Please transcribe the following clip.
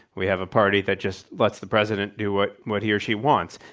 we have a party that just lets the president do what what he or she wants.